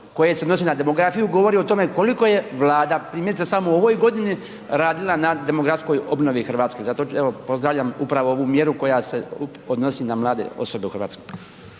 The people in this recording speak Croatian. koje se odnosi na demografiju govori o tome koliko je Vlada primjerice samo u ovoj godini radila na demografskoj obnovi Hrvatske. Zato evo pozdravljam upravo ovu mjeru koja se odnosi na mladi osobe u Hrvatskoj.